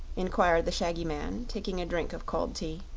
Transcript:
inquired the shaggy man, taking a drink of cold tea.